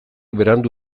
berandu